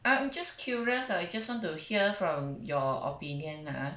I'm just curious I just want to hear from your opinion ah